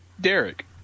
Derek